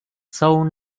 jsou